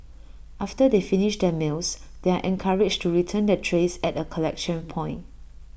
after they finish their meals they are encouraged to return their trays at A collection point